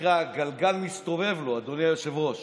"הגלגל מסתובב לו", אדוני היושב-ראש.